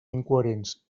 incoherents